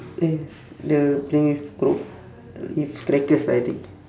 eh the playing with kerop~ it's crackers I think